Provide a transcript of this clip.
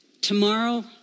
Tomorrow